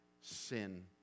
sin